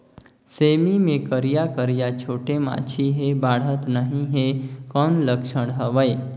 सेमी मे करिया करिया छोटे माछी हे बाढ़त नहीं हे कौन लक्षण हवय?